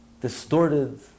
distorted